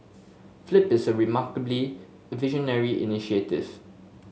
flip is a remarkably visionary initiative